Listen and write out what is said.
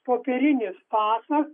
popierinis pasas